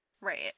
Right